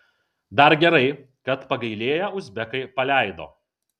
dar gerai kad pagailėję uzbekai paleido